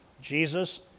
Jesus